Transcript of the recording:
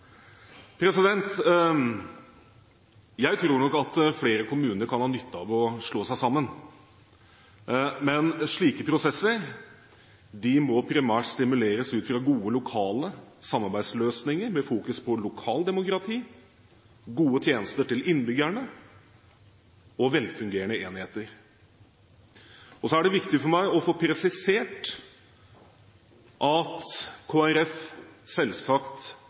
flere kommuner kan ha nytte av å slå seg sammen, men slike prosesser må primært stimuleres ut fra gode lokale samarbeidsløsninger med fokus på lokaldemokrati, gode tjenester til innbyggerne og velfungerende enheter. Så er det viktig for meg å få presisert at Kristelig Folkeparti selvsagt